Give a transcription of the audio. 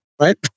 right